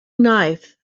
knife